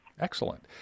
Excellent